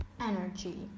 energy